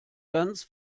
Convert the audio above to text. ganz